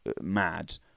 mad